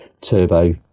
turbo